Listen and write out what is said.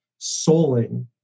souling